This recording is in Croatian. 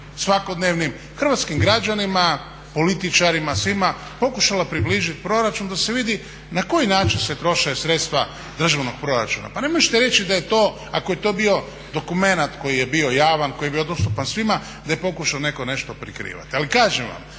svakodnevnim hrvatskim građanima, političarima, svima pokušala približiti proračun da se vidi na koji način se troše sredstva državnog proračuna. Pa ne možete reći da je to, ako je to bio dokument koji je bio javan, koji je bio dostupan svima, da je pokušao netko nešto prikrivati. Ali kažem vam,